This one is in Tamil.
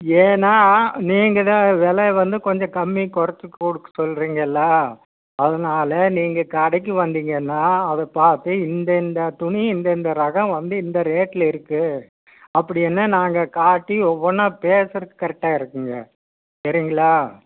ஏன்னா நீங்கள் தான் வெலை வந்து கொஞ்சம் கம்மி கொறைச்சி கொடுக்க சொல்றீங்க அதனால் நீங்கள் கடைக்கு வந்திங்கன்னா அதை பார்த்து இந்தந்த துணி இந்தந்த ரகம் வந்து இந்த ரேட்டில் இருக்கு அப்படின்னு நாங்கள் காட்டி ஒவ்வொன்னாக பேசுறதுக்கு கரெக்டாக இருக்குங்க சரிங்களா